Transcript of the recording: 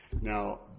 Now